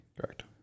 Correct